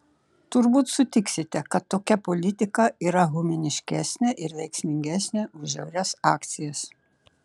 turbūt sutiksite kad tokia politika yra humaniškesnė ir veiksmingesnė už žiaurias akcijas